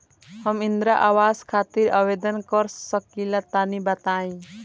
हम इंद्रा आवास खातिर आवेदन कर सकिला तनि बताई?